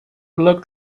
looked